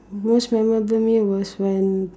most memorable meal was when